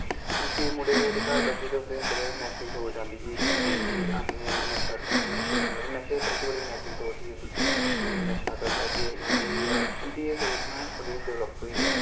केईं मुड़े हे ते घर बैठे दे उं'दे अंदर नैग्टिव सोच आंदी ही कि नेईं कि अहें नशा नशे मतलब नशे उप्पर उं'दी नैग्टिव सोच ही उं'दी नशा करी लैगे तां एह् होई जाह्ग उं'दी एह् सोच ना बड़ी डवलप होई ऐ